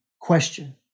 question